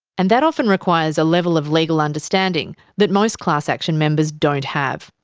and that often requires a level of legal understanding that most class action members don't have.